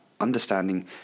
understanding